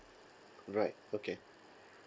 right okay